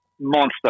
Monster